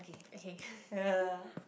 okay